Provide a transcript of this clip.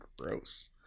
Gross